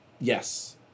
Yes